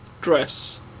dress